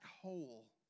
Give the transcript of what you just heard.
hole